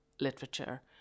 literature